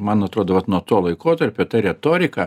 man atrodo vat nuo to laikotarpio ta retorika